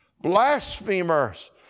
blasphemers